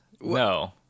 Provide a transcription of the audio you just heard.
No